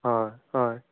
हय हय